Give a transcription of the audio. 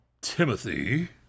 Timothy